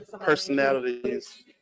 personalities